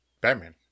Batman